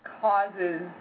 causes